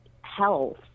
health